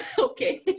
Okay